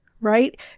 right